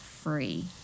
free